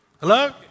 Hello